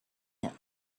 him